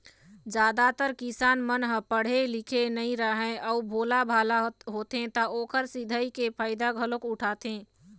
जादातर किसान मन ह पड़हे लिखे नइ राहय अउ भोलाभाला होथे त ओखर सिधई के फायदा घलोक उठाथें